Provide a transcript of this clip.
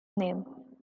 name